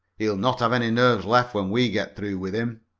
he'll not have any nerves left when we get through with him.